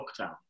lockdown